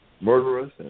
murderous